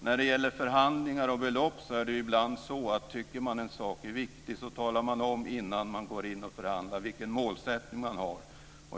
När det gäller förhandlingar om belopp är det så att tycker man att en sak är viktig talar man om innan man går in i en förhandling vilken målsättning man har.